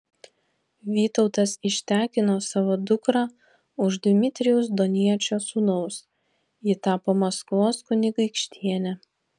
vytautas ištekino savo dukrą už dmitrijaus doniečio sūnaus ji tapo maskvos kunigaikštiene